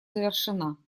завершена